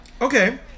Okay